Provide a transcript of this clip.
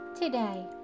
today